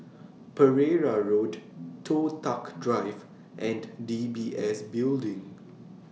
Pereira Road Toh Tuck Drive and D B S Building